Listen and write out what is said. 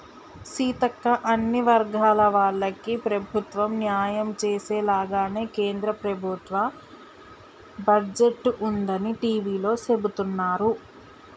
సీతక్క అన్ని వర్గాల వాళ్లకి ప్రభుత్వం న్యాయం చేసేలాగానే కేంద్ర ప్రభుత్వ బడ్జెట్ ఉందని టివీలో సెబుతున్నారు